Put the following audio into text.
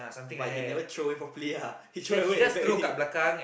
but he never throw away properly ah he throw away at the back already